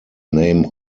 name